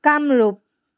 Kamrup